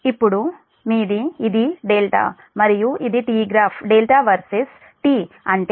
ఇప్పుడు మీది ఇది మరియు ఇది t గ్రాఫ్ వర్సెస్ t ఉంటే